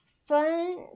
Fun